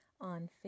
on